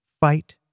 Fight